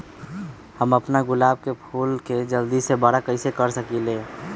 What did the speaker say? हम अपना गुलाब के फूल के जल्दी से बारा कईसे कर सकिंले?